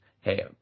hey